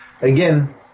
Again